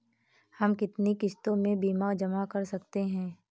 हम कितनी किश्तों में बीमा जमा कर सकते हैं?